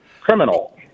criminal